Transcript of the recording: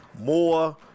more